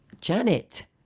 Janet